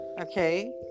okay